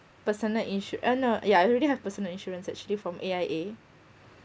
personal insu~ uh no yeah I already have personal insurance actually from A_I_A